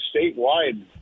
statewide